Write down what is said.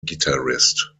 guitarist